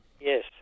Yes